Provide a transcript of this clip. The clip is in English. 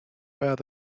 where